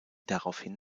daraufhin